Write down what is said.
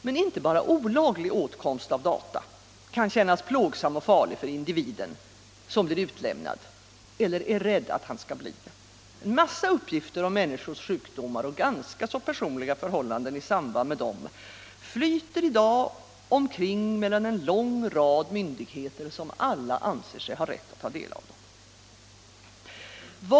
Men inte bara olaglig åtkomst av data kan kännas plågsam och farlig för individen, som blir utlämnad eller är rädd att han skall bli det. En massa uppgifter om människors sjukdomar och ganska personliga förhållanden i samband med dem flyter i dag omkring mellan en lång rad myndigheter, som alla anser sig ha rätt att ta del av dem.